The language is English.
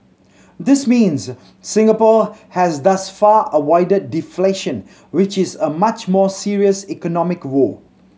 this means Singapore has thus far avoided deflation which is a much more serious economic woe